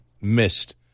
missed